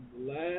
last